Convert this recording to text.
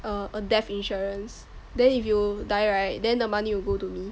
a death insurance then if you die right then the money will go to me